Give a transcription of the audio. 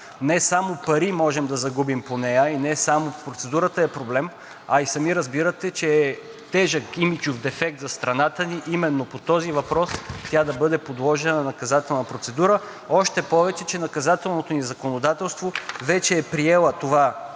Не само пари можем да загубим по нея и не само процедурата е проблем, а и сами разбирате, че е тежък имиджов дефект за страната ни именно по този въпрос тя да бъде подложена на наказателна процедура, още повече че наказателното ни законодателство вече е приело това